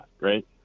right